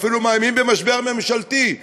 ואפילו מאיימים במשבר ממשלתי.